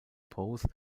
pose